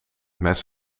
mes